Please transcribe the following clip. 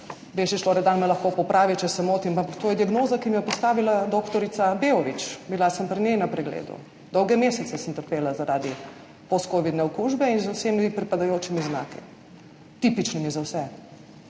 Bešič Loredan me lahko popravi, če se motim, ampak to je diagnoza, ki mi jo je postavila doktorica Beović, bila sem pri njej na pregledu, dolge mesece sem trpela zaradi postkovidne okužbe z vsemi pripadajočimi znaki, tipičnimi za vse.